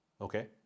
okay